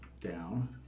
down